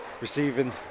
receiving